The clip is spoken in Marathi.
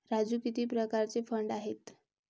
राजू किती प्रकारचे फंड आहेत?